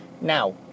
Now